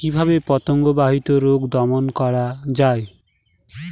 কিভাবে পতঙ্গ বাহিত রোগ দমন করা যায়?